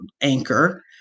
Anchor